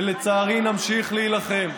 ולצערי נמשיך להילחם.